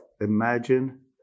imagine